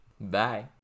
Bye